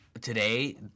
today